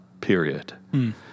Period